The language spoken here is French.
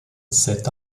cet